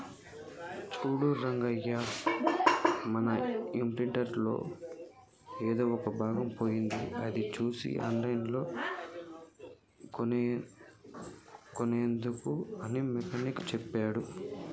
సూడు రంగా మన ఇంప్రింటర్ లో ఎదో ఒక భాగం పోయింది అది సూసి ఆన్లైన్ లో కోనేయండి అని మెకానిక్ సెప్పాడు